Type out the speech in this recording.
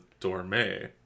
Dorme